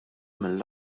mill